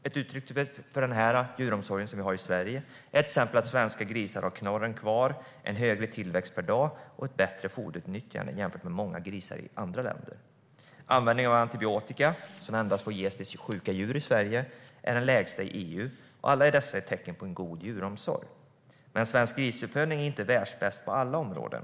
Ett uttryck för djuromsorgen vi har i Sverige är att svenska grisar har knorren kvar, högre tillväxt per dag och bättre foderutnyttjande jämfört med grisar i många andra länder. Användningen av antibiotika, som i Sverige endast får ges till sjuka djur, är den lägsta i EU. Allt detta är tecken på god djuromsorg. Men svensk grisuppfödning är inte världsbäst på alla områden.